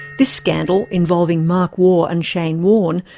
this scandal, involving mark waugh and shane warne,